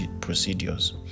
procedures